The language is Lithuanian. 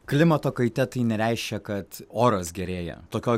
klimato kaita tai nereiškia kad oras gerėja tokioj